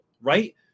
right